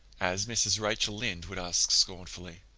as mrs. rachel lynde would ask scornfully?